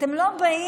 אתם לא באים,